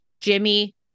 Jimmy